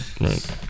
right